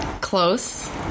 Close